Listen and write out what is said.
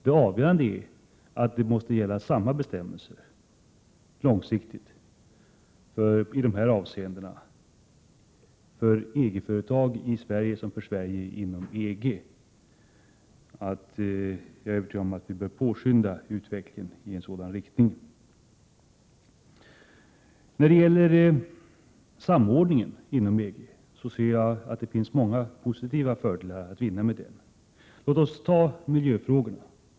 Det avgörande är att samma bestämmelser måste gälla långsiktigt i dessa avseenden för EG företag i Sverige som för svenska företag inom EG. Jag är övertygad om att vi bör påskynda utvecklingen i en sådan riktning. När det gäller samordningen inom EG anser jag att det finns många fördelar att vinna. Låt oss ta miljöfrågorna!